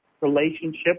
relationship